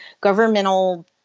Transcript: governmental